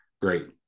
great